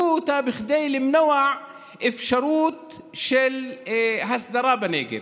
הגו אותה בכדי למנוע אפשרות של הסדרה בנגב,